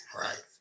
right